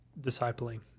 discipling